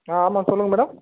ஆ ஆமாம் சொல்லுங்கள் மேடம்